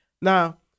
Now